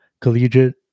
Collegiate